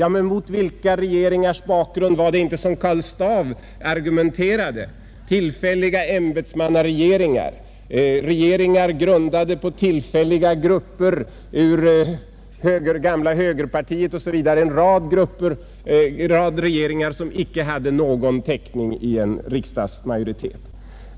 Ja, men mot vilka regeringars bakgrund var det inte som Karl Staaff argumenterade: tillfälliga ämbetsmannaregeringar, regeringar grundade på tillfälliga grupper ur det gamla högerpartiet osv., en rad regeringar som icke hade någon täckning i en riksdagsmajoritet.